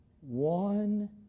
One